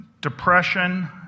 depression